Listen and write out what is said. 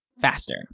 faster